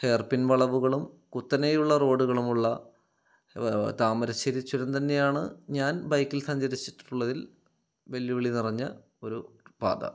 hair pin വളവുകളും കുത്തനെയുള്ള റോഡുകളുമുള്ള താമരശ്ശേരി ചുരം തന്നെയാണ് ഞാൻ ബൈക്കിൽ സഞ്ചരിച്ചിട്ടുള്ളതിൽ വെല്ലുവിളി നിറഞ്ഞ ഒരു പാത